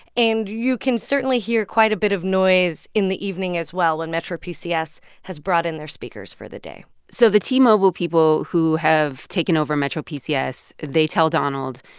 and you can certainly hear quite a bit of noise in the evening as well when metro pcs has brought in their speakers for the day so the t-mobile people who have taken over metro pcs, they tell donald,